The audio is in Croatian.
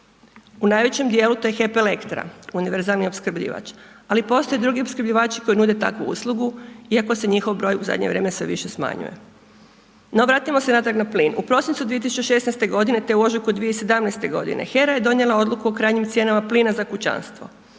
U najvećem dijelu to je HEP Elektra univerzalni opskrbljivač ali postoje i drugi opskrbljivači koji nude takvu uslugu iako se njihov broj u zadnje vrijeme sve više smanjuje. No, vratimo se natrag na plin, u prosincu 2016. godine te u ožujku 2017. godine HERA je donijela odluku o krajnjim cijenama plina za kućanstvo